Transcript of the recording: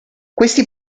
questi